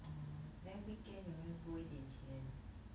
um then weekend 有没有多一点钱